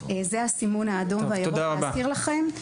זה הסימון האדום וירוק, כדי להזכיר לכם.